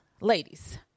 ladies